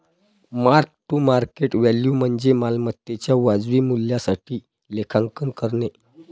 mark to market value म्हणजे मालमत्तेच्या वाजवी मूल्यासाठी लेखांकन करणे